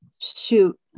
shoot